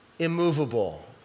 Immovable